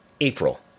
April